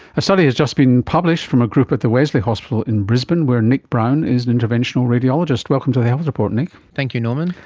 a study has just been published from a group at the wesley hospital in brisbane where nick brown is an interventional radiologist. welcome to the health report, nick. thank you norman.